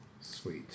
Sweet